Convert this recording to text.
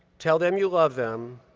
tell them you love them,